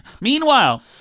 Meanwhile